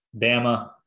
Bama